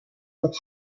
with